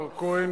מר כהן,